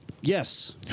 Yes